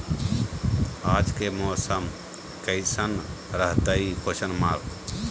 आज के मौसम कैसन रहताई?